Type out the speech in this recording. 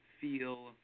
feel